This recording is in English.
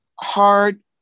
hard